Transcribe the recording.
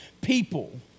people